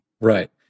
Right